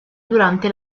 durante